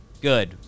Good